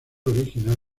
original